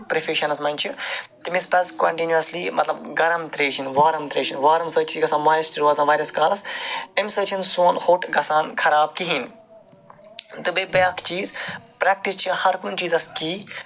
پروفِشَنَس منٛز چھُ تٔمِس پَزِ کنٹِنوٗوَسلی مطلب گرَم ترٮ۪ش چٮ۪نۍ مطلب وارٕم ترٮ۪ش وارٕم سۭتۍ چھُ مۄیَسٹ روزان واریاہَس کالَس أمۍ سۭتۍ چھُنہٕ سون ہوٹ گژھان خراب کِہیٖنۍ نہٕ تہٕ بیٚیہِ بٮ۪اکھ چیٖز پرٮ۪کٹِس چھِ ہَر کُنہِ چیٖزَس کی